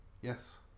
Yes